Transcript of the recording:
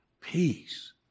peace